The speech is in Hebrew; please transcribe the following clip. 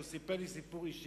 הוא סיפר לי סיפור אישי.